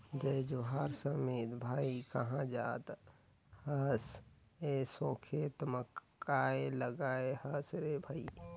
जय जोहार समीत भाई, काँहा जात अहस एसो खेत म काय लगाय हस रे भई?